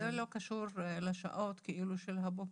זה לא קשור לשעות של הבוקר.